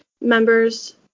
members